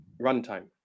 Runtime